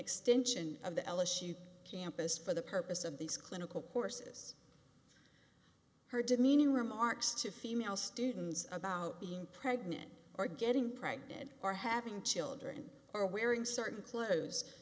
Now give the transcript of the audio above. extension of the ellis youth campus for the purpose of these clinical courses her demeaning remarks to female students about being pregnant or getting pregnant or having children are wearing certain clothes